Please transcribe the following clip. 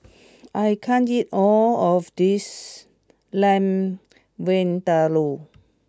I can't eat all of this Lamb Vindaloo